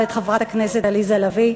ואת חברת הכנסת עליזה לביא,